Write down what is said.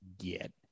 get